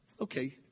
Okay